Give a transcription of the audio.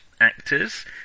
actors